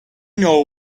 know